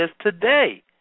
today